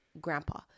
grandpa